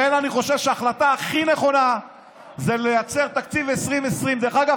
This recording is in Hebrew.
לכן אני חושב שההחלטה הכי נכונה זה לייצר תקציב 2020. דרך אגב,